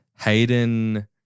Hayden